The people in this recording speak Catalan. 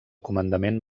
comandament